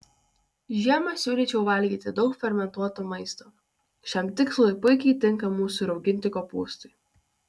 žiemą siūlyčiau valgyti daug fermentuoto maisto šiam tikslui puikiai tinka mūsų rauginti kopūstai